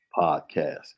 Podcast